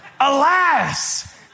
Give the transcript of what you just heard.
Alas